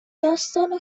داستان